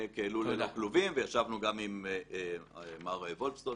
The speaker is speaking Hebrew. כלול ללא כלובים וישבנו גם עם מר וולפסון